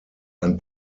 ein